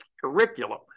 curriculum